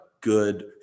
good